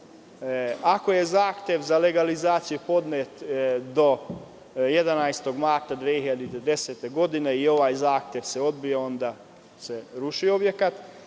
Ako je zahtev za legalizaciju podnet do 11. marta 2010. godine i ovaj zahtev se odbio, onda se ruši objekat,